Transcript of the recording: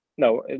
No